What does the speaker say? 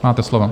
Máte slovo.